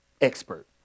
Expert